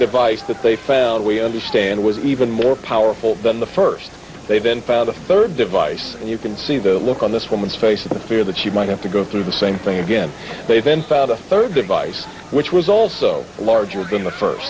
device that they found we understand was even more powerful than the first they've been found the third device and you can see the look on this woman's face the fear that she might have to go through the same thing again they've been found a third device which was also a larger than the first